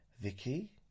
Vicky